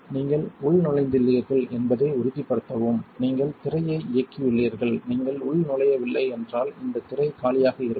நீங்கள் உள்நுழைந்துள்ளீர்கள் என்பதை உறுதிப்படுத்தவும் நீங்கள் திரையை இயக்கியுள்ளீர்கள் நீங்கள் உள்நுழையவில்லை என்றால் இந்தத் திரை காலியாக இருக்கும்